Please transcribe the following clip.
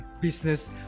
business